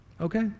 okay